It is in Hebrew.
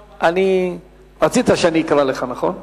שלום,